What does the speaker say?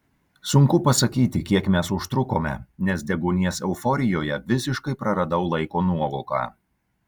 sunku pasakyti kiek mes užtrukome nes deguonies euforijoje visiškai praradau laiko nuovoką